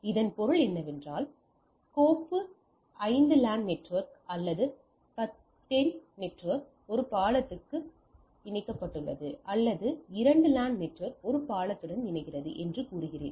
இதன் பொருள் கோப்பு 5 லேன் நெட்வொர்க் அல்லது 10 நெட்வொர்க் ஒரு பாலத்துடன் இணைக்கப்பட்டுள்ளது அல்லது இரண்டு லேன் நெட்வொர்க் ஒரு பாலத்துடன் இணைக்கிறது என்று கூறுகிறேன்